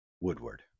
woodward